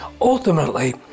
Ultimately